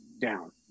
down